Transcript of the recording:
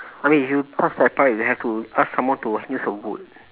I mean if you touch that part you have to ask someone to use a wood